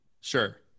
Sure